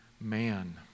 man